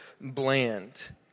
bland